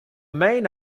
main